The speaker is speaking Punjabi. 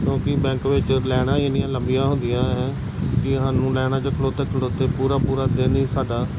ਕਿਉਂਕਿ ਬੈਂਕ ਵਿੱਚ ਲਾਈਨਾਂ ਹੀ ਇੰਨੀਆਂ ਲੰਬੀਆਂ ਹੁੰਦੀਆਂ ਹੈ ਵੀ ਸਾਨੂੰ ਲਾਈਨਾਂ 'ਚ ਖਲੋਤੇ ਖਲੋਤੇ ਪੂਰਾ ਪੂਰਾ ਦਿਨ ਹੀ ਸਾਡਾ